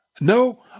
No